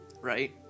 Right